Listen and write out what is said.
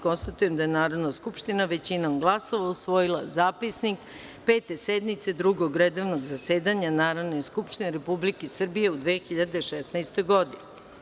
Konstatujem da je Narodna skupština, većinom glasova, usvojila Zapisnik Pete sednice Drugog redovnog zasedanja Narodne skupštine Republike Srbije u 2016. godini.